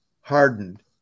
hardened